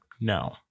No